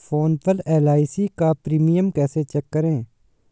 Phone पर LIC का premium कैसे चेक करें?